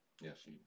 Yes